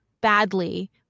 badly